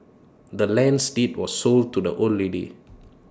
the land's deed was sold to the old lady